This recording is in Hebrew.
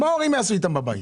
מה ההורים יעשו איתם בבית?